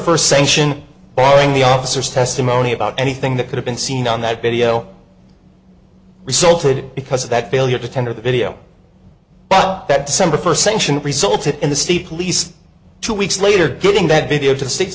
first sanction blowing the officers testimony about anything that could have been seen on that video resulted because of that bail yet the tender the video about that december first sanction resulted in the state police two weeks later getting that video to the state